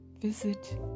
visit